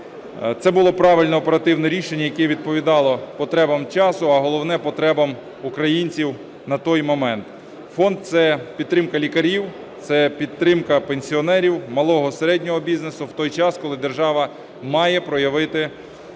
Це було правильне і оперативне рішення, яке відповідало потребам часу, а головне потребам українців на той момент. Фонд – це підтримка лікарів, це підтримка пенсіонерів, малого, середнього бізнесу в той час, коли держава має проявити